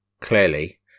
clearly